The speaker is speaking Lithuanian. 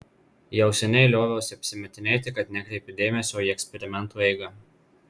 jau seniai lioviausi apsimetinėti kad nekreipiu dėmesio į eksperimentų eigą